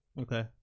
okay